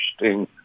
interesting